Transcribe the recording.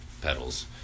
pedals